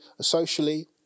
socially